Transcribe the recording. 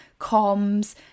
comms